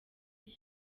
ubwa